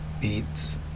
beats